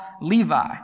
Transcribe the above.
Levi